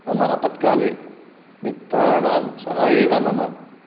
मम आपत्काले मित्राणां सह एव मम